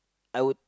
I would